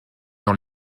dans